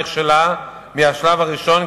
נכשלה מהשלב הראשון,